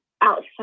outside